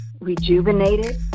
rejuvenated